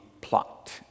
plot